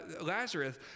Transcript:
Lazarus